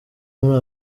muri